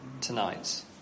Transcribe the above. tonight